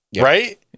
right